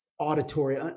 auditory